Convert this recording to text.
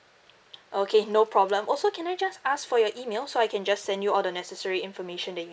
okay no problem also can I just ask for your email so I can just send you all the necessary information that